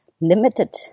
limited